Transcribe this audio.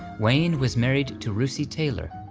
wayne was married to russi taylor,